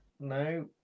No